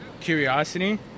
curiosity